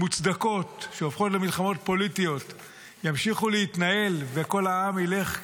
מוצדקות שהופכות למלחמות פוליטיות ימשיכו להתנהל וכל העם ילך